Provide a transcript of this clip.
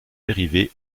dérivés